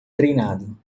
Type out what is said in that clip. treinado